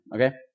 Okay